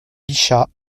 bichat